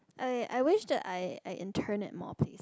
I I wish that I I interned at more places